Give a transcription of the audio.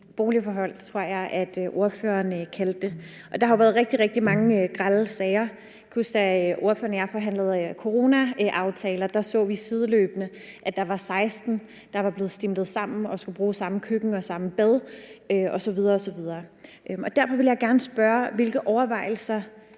boligforhold, tror jeg at ordføreren kaldte det. Og der har jo været rigtig, rigtig mange grelle sager. Jeg kan huske, at da ordføreren og jeg forhandlede coronaaftaler, så vi sideløbende, at der var 16, der var blevet stuvet sammen og skulle bruge samme køkken og samme bad osv. osv. Derfor vil jeg gerne spørge, hvilke overvejelser